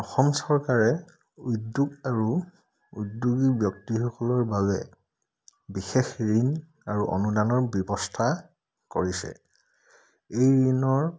অসম চৰকাৰে উদ্যোগ আৰু উদ্যোগী ব্যক্তিসকলৰ বাবে বিশেষ ঋণ আৰু অনুদানৰ ব্যৱস্থা কৰিছে এই ঋণৰ